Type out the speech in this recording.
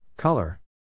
Color